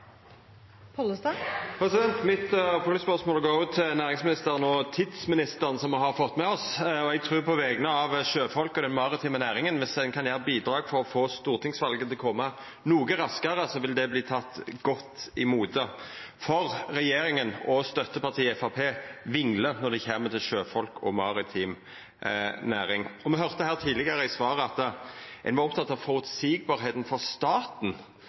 næringsministeren – og «tidsministeren», som me har fått med oss. Eg trur på vegner av sjøfolk og den maritime næringa at viss ein kan bidra til å få stortingsvalet til å koma noko raskare, vil det verta teke godt imot. For regjeringa og støttepartiet Framstegspartiet vinglar når det kjem til sjøfolk og maritim næring. Me høyrde her tidlegare i eit svar at ein var oppteken av føreseielegheita for staten,